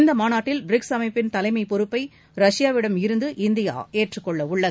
இந்தமாநாட்டில் பிரிக்ஸ் அமைப்பின் தலைமைபொறுப்பை ரஷ்யாவிடம் இருந்து இந்தியாஏற்றுக் கொள்ளவுள்ளது